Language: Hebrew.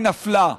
היא נפלה,